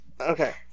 Okay